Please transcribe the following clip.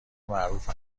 معروف